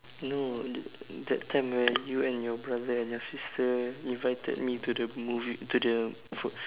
no that that time where you and your brother and your sister invited me to the movie to the food